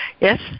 Yes